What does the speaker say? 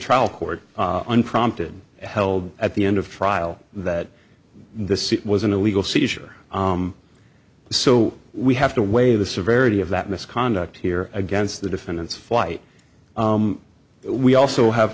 trial court unprompted held at the end of trial that this was an illegal seizure so we have to weigh the severity of that misconduct here against the defendant's flight we also have